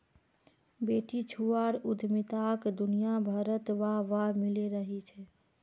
बेटीछुआर उद्यमिताक दुनियाभरत वाह वाह मिले रहिल छे